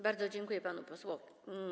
Bardzo dziękuję panu posłowi.